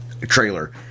trailer